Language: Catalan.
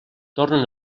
tornen